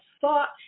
thought